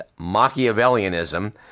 Machiavellianism